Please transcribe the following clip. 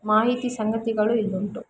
ಮಾಹಿತಿ ಸಂಗತಿಗಳು ಇಲ್ಲುಂಟು